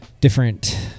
different